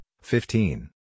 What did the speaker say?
fifteen